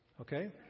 okay